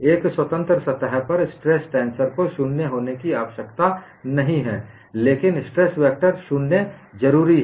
एक स्वतंत्र सतह पर स्ट्रेस टेंसर को शून्य होने की आवश्यकता नहीं है लेकिन स्ट्रेस वेक्टर जरूरी शून्य है